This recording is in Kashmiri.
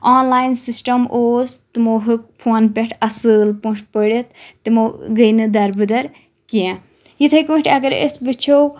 آنلایِن سِسٹَم اوس تِمو ہُیوٚک فونہٕ پؠٹھ اصل پٲٹھۍ پٔرِتھ تِمو گٔیہِ نہٕ دَربٔدَر کینٛہہ یِتھے کٲٹھۍ اگر أسۍ وٕچھو